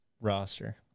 roster